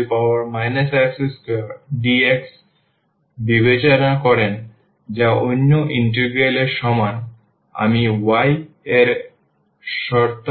x2dx বিবেচনা করেন যা অন্য ইন্টিগ্রাল এর সমান আমি y এর শর্তাবলী বিবেচনা করছি